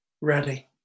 ready